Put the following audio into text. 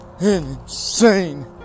insane